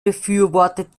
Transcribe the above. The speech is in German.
befürwortet